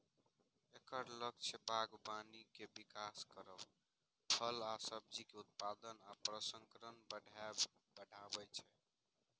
एकर लक्ष्य बागबानी के विकास करब, फल आ सब्जीक उत्पादन आ प्रसंस्करण बढ़ायब छै